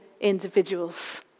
individuals